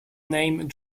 name